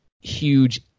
huge